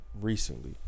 recently